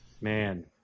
Man